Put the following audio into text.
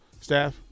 staff